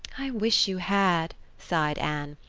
i wish you had, sighed anne,